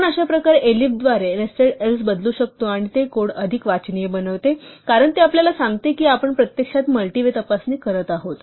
आपण अशा प्रकारे elif द्वारे nested else बदलू शकतो आणि ते कोड अधिक वाचनीय बनवते कारण ते आपल्याला सांगते की आपण प्रत्यक्षात मल्टि वे तपासणी करत आहोत